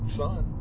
son